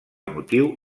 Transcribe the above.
motiu